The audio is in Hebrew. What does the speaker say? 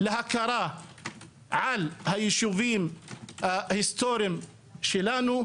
להכרה על הישובים ההיסטוריים שלנו,